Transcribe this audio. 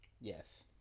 Yes